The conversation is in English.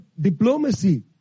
diplomacy